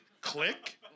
click